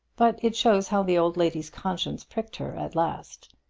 but it shows how the old lady's conscience pricked her at last.